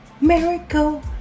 Miracle